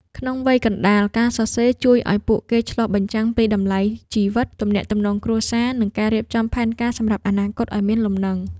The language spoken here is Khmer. ក្នុងវ័យកណ្ដាល ការសរសេរជួយឱ្យពួកគេឆ្លុះបញ្ចាំងពីតម្លៃជីវិត ទំនាក់ទំនងគ្រួសារ និងការរៀបចំផែនការសម្រាប់អនាគតឱ្យមានលំនឹង។